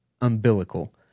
umbilical